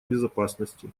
безопасности